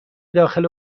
داخل